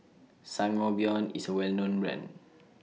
Sangobion IS A Well known Brand